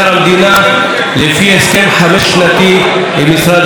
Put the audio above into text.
לפי הסכם חמש שנתי עם משרד האוצר.